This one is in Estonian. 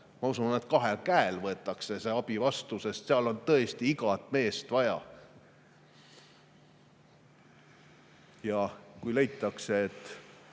Ma usun, et kahel käel võetakse see abi vastu, sest seal on tõesti igat meest vaja. Leitakse, et